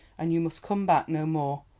and you must come back no more.